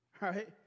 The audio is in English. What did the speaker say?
right